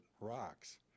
rocks